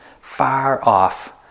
far-off